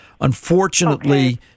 Unfortunately